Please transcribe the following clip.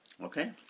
Okay